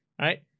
Right